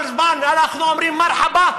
כל זמן אנחנו אומרים "מרחבא".